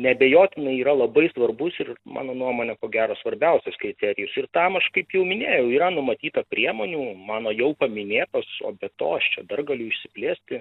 neabejotinai yra labai svarbus ir mano nuomone ko gero svarbiausias kriterijus ir tam aš kaip jau minėjau yra numatyta priemonių mano jau paminėtos o be to aš čia dar galiu išsiplėsti